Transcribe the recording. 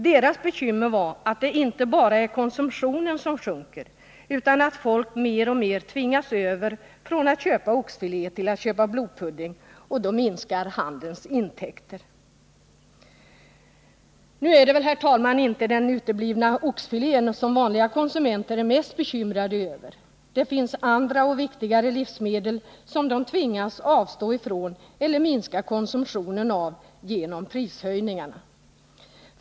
Deras bekymmer var att det inte bara är konsumtionen som sjunker, utan att folk mer och mer tvingas över från att köpa oxfilé till att köpa blodpudding och då minskar handelns intäkter. Nu är det väl inte den uteblivna oxfilén som vanliga konsumenter är mest bekymrade över — det finns andra och viktigare livsmedel som de tvingas avstå ifrån eller minska konsumtionen av genom prishöjningarna.